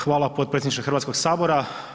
Hvala potpredsjedniče Hrvatskog sabora.